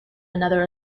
another